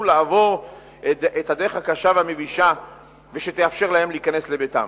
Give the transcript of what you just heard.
לעבור את הדרך הקשה והמבישה שתאפשר להם להיכנס לביתם.